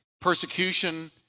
persecution